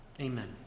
amen